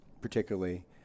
particularly